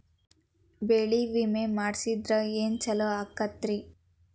ಬೆಳಿ ವಿಮೆ ಮಾಡಿಸಿದ್ರ ಏನ್ ಛಲೋ ಆಕತ್ರಿ?